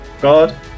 God